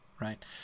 right